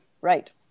Right